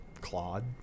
Claude